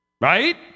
right